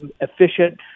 efficient